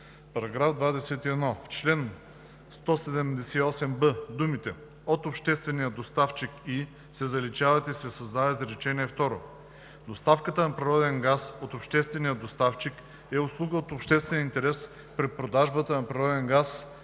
§ 21: „§ 21. В чл. 178б думите „от обществения доставчик и“ се заличават и се създава изречение второ: „Доставката на природен газ от обществения доставчик е услуга от обществен интерес при продажбата на природен газ